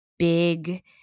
big